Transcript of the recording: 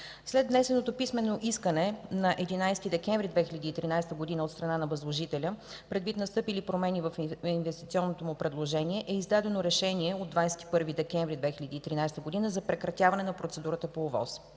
След внесено писмено искане на 11 декември 2013 г. от възложителя, предвид настъпили промени в инвестиционното му предложение е издадено Решение от 21 декември 2013 г. за прекратяване на процедурата по ОВОС.